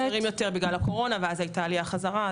הייתה תקופה שהיו נתונים חסרים בגלל הקורונה ואז הייתה עלייה חזרה.